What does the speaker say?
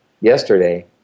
yesterday